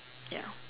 ya